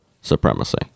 supremacy